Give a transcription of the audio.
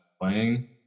playing